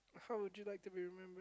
how would you liked to be remembered